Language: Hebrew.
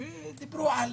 דיברו על